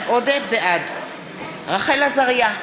בעד רחל עזריה,